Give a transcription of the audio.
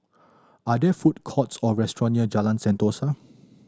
are there food courts or restaurants near Jalan Sentosa